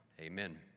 Amen